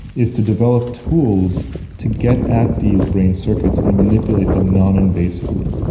is to develop tools to get at these brain circuits and manipulate them noninvasively.